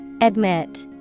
Admit